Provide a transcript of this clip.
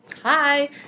Hi